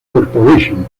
corporation